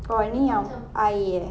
for any oh air eh